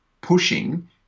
pushing